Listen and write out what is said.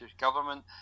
government